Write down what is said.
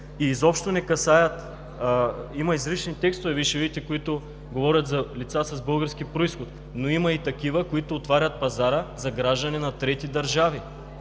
и изобщо не касаят – има изрични текстове, Вие ще видите, които говорят за лица с български произход, но има и такива, които отварят пазара за граждани на трети държави,